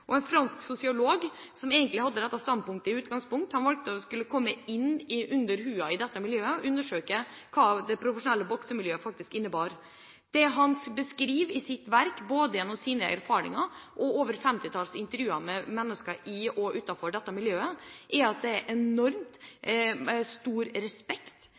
En fransk sosiolog – som egentlig hadde dette standpunktet i utgangspunktet – ønsket å komme inn under huden på dette miljøet og undersøke hva det profesjonelle boksermiljøet faktisk innebar. Det han beskriver i sitt verk, både gjennom sine erfaringer og i over femtitalls intervjuer med mennesker i og utenfor dette miljøet, er at det er en enorm stor gjensidig respekt